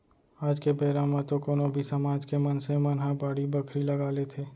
आज के बेरा म तो कोनो भी समाज के मनसे मन ह बाड़ी बखरी लगा लेथे